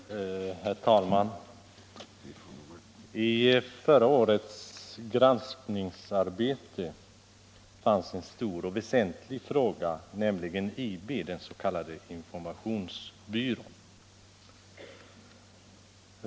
Herr talman! I förra årets granskningsarbete fanns en stor och väsentlig fråga, nämligen IB, den s.k. informationsbyrån.